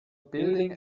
building